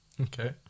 okay